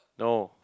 no